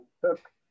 took